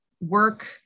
work